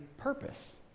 Purpose